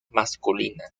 masculina